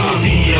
see